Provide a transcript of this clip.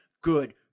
good